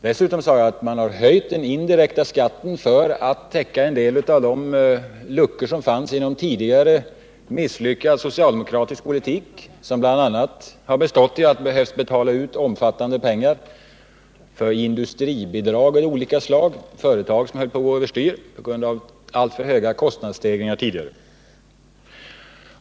Dessutom sade jag att man har höjt den indirekta skatten för att täcka en del av de luckor som fanns efter en tidigare, misslyckad socialdemokratisk politik. Denna har bl.a. bestått i att betala ut stora summor pengar i industribidrag av olika slag till företag som höll på att gå över styr på grund av alltför höga kostnadsstegringar tidigare.